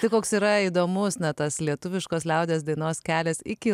štai koks yra įdomus na tas lietuviškos liaudies dainos kelias iki